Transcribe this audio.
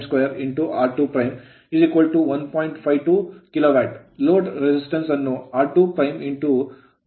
load resistance load resistance ಅನ್ನು r2 1s - 1 ಆಗಿ ನೀಡಲಾಗಿದೆ